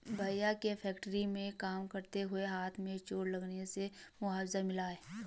भैया के फैक्ट्री में काम करते हुए हाथ में चोट लगने से मुआवजा मिला हैं